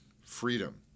freedom